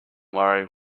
worry